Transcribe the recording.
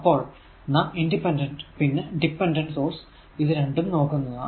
അപ്പോൾ നാം ഇൻഡിപെൻഡന്റ് പിന്നെ ഡെപെന്ഡന്റ് സോഴ്സ് ഇത് രണ്ടും നോക്കുന്നതാണ്